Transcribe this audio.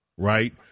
right